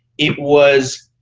it was